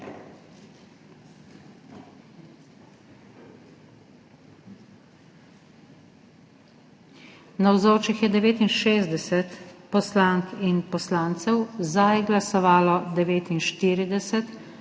Navzočih je 69 poslank in poslancev, za je glasovalo 49,